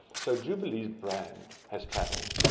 so jubilee's brand has travelled.